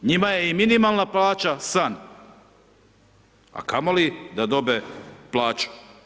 Njima je i minimalna plaća san, a kamoli da dobe plaću.